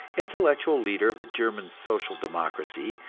intellectual leader of the german social-democracy,